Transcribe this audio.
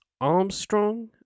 Armstrong